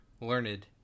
learned